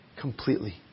completely